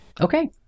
Okay